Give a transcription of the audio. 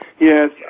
Yes